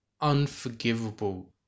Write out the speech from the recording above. unforgivable